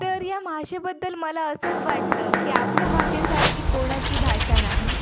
तर या भाषेबद्दल मला असंच वाटतं की आपल्या भाषेसारखी कोणाची भाषा नाही